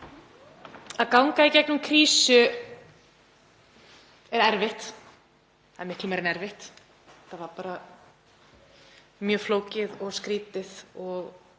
Að ganga í gegnum krísu er erfitt og miklu meira en erfitt. Það var mjög flókið og skrýtið og